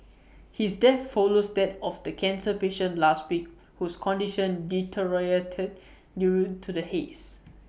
his death follows that of the cancer patient last week whose condition deteriorated due to the hazes